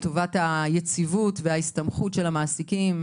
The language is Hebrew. הטענות ששמעתי ממעסיקים